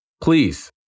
Please